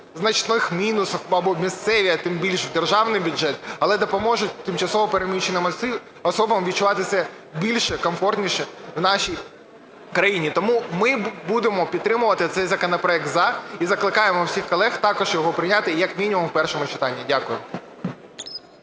значних мінусів в місцеві, а тим більш в державний бюджет, але допоможуть тимчасово переміщеним особам відчувати себе більш комфортніше в нашій країні. Тому ми будемо підтримувати цей законопроект "за". І закликаємо всіх колег також його прийняти як мінімум у першому читанні. Дякую.